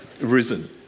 risen